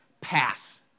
pass